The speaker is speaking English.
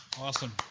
Awesome